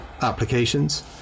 applications